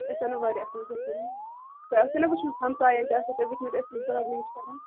أسۍ اَنو واریاہ اَصٕل قٕسٕم تۄہہِ آسیو نا وٕچھمٕژ ہمسایَن تہِ آسیو تۄہہِ وٕچھمٕژ أسۍ کِژھ گاڈنِنٛگ چھِ کَران